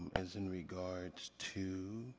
is in regards to,